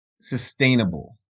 sustainable